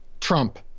Trump